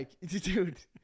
dude